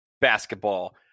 basketball